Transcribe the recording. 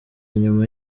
nyuma